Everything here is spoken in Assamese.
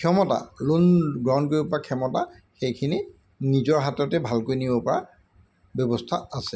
ক্ষমতা লোন গ্ৰহণ কৰিবপৰা ক্ষমতা সেইখিনি নিজৰ হাততে ভালকৈ নিবপৰা ব্যৱস্থা আছে